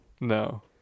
No